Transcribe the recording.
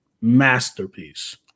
Masterpiece